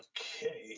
Okay